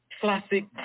classic